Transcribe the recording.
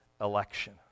election